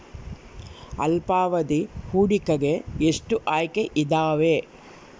ಅಲ್ಪಾವಧಿ ಹೂಡಿಕೆಗೆ ಎಷ್ಟು ಆಯ್ಕೆ ಇದಾವೇ?